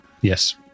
Yes